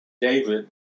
David